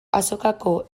azokako